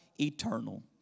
eternal